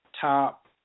top